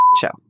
show